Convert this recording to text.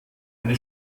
eine